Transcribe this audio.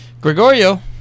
Gregorio